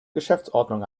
geschäftsordnung